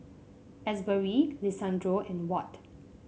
Asbury Lisandro and Watt